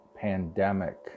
pandemic